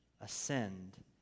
ascend